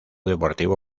deportivo